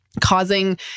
causing